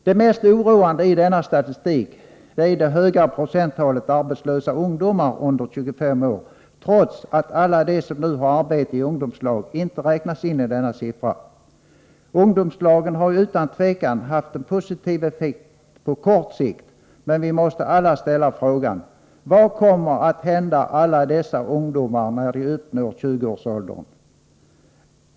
Det mest oroande i denna statistik är det höga procenttalet för arbetslösa ungdomar under 25 år, trots att alla de som nu har arbete i ungdomslag inte räknas in i denna siffra. Ungdomslagen har utan tvivel haft en positiv effekt på kort sikt, men vi måste alla ställa frågan: Vad kommer att hända alla dessa ungdomar när de uppnår 20-årsåldern?